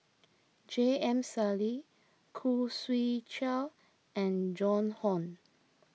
J M Sali Khoo Swee Chiow and Joan Hon